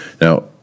Now